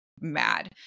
mad